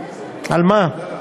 על מה?